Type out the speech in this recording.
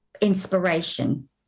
inspiration